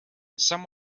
some